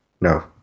No